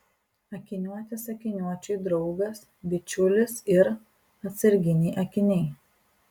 akiniuotis akiniuočiui draugas bičiulis ir atsarginiai akiniai